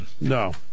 No